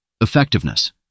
Effectiveness